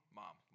mom